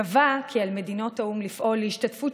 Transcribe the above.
קבעה כי על מדינות האו"ם לפעול להשתתפות